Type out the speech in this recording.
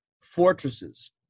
fortresses